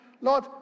Lord